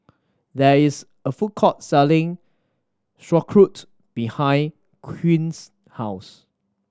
there is a food court selling Sauerkraut behind Quinn's house